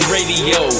Radio